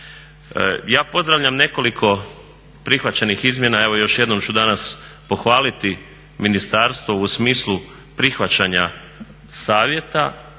Ja pozdravljam nekoliko prihvaćenih izmjena, evo još jednom ću danas pohvaliti ministarstvo u smislu prihvaćanja savjeta